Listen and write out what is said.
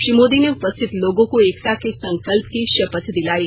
श्री मोदी ने उपस्थित लोगों को एकता के संकल्प की शपथ दिलायी